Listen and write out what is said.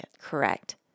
Correct